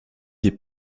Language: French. les